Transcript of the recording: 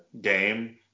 game